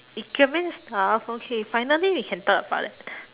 ikemen stuff okay finally we can talk about that